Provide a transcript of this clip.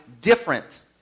different